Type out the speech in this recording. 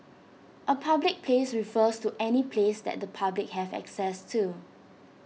A public place refers to any place that the public have access to